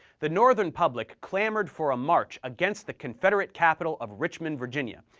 the northern public clamored for a march against the confederate capital of richmond, virginia,